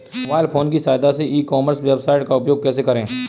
Mobile phone की सहायता से ई कॉमर्स वेबसाइट का उपयोग कैसे करें?